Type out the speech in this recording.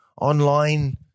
online